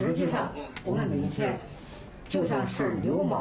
שהם יודעים שזאת מדינה ששומרת על זכויות